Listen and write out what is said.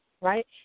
right